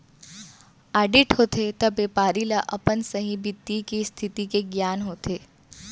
audit होथे त बेपारी ल अपन सहीं बित्तीय इस्थिति के गियान होथे